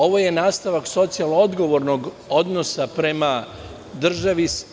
Ovo je nastavak socijalno-odgovornog odnosa prema državi.